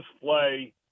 play